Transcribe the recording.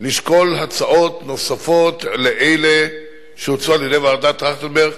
לשקול הצעות נוספות על אלה שהוצעו על-ידי ועדת-טרכטנברג,